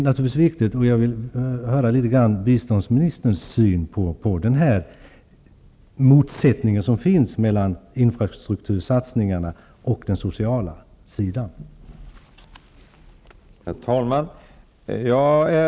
Jag vill gärna höra vad biståndsministern anser om den motsättning som finns mellan infrastruktursatsningarna och de sociala satsningarna.